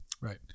right